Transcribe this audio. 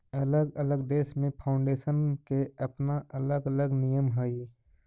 अलग अलग देश में फाउंडेशन के अपना अलग अलग नियम हई